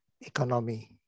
economy